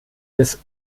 des